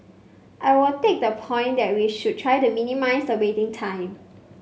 I will take the point that we should try to minimise the waiting time